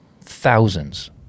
thousands